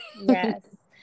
yes